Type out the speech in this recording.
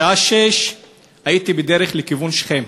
בשעה 18:00 הייתי בדרך לכיוון שכם.